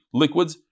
liquids